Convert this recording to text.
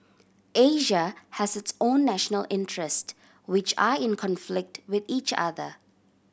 Asia has its own national interest which are in conflict with each other